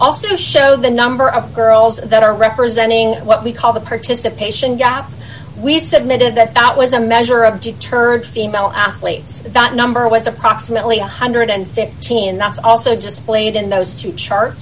also show the number of girls that are representing what we call the participation gap we said mid of that that was a measure of deterred female athletes that number was approximately one hundred and fifteen that's also just played in those two chart